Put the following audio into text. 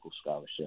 scholarship